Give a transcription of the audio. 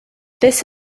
this